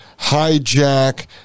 hijack